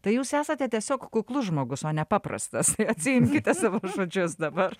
tai jūs esate tiesiog kuklus žmogus o ne paprastas atsiimkite savo žodžius dabar